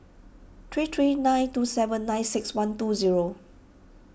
three three nine two seven nine six one two zero